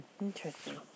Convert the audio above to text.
interesting